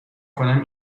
کنم